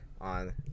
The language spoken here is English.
on